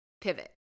pivot